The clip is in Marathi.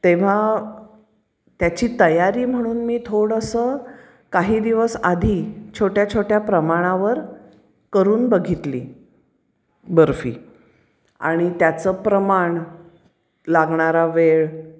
तेव्हा त्याची तयारी म्हणून मी थोडंसं काही दिवस आधी छोट्या छोट्या प्रमाणावर करून बघितली बर्फी त्याचं प्रमाण लागणारा वेळ